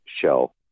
shell